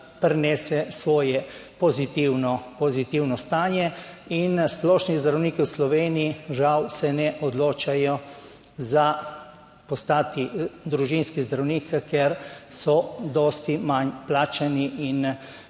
prinese svoje pozitivno, pozitivno stanje. In splošni zdravniki v Sloveniji žal se ne odločajo za postati družinski zdravnik, ker so dosti manj plačani in